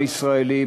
הישראלים,